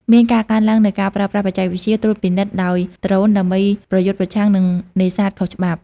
មានការកើនឡើងនូវការប្រើប្រាស់ បច្ចេកវិទ្យា ត្រួតពិនិត្យដោយដ្រូនដើម្បីប្រយុទ្ធប្រឆាំងនឹងនេសាទខុសច្បាប់។